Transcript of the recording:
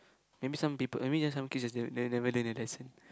that mean some people I mean just some kids just never never learn their lesson